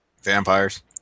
Vampires